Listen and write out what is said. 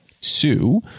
Sue